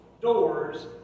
doors